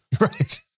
right